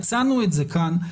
הצענו את זה כאן,